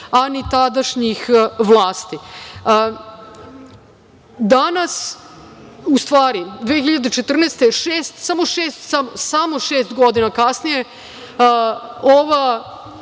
a ni tadašnjih vlasti. Danas, u stvari 2014. godine, samo šest godina kasnije ova